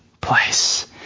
place